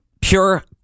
pure